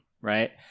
right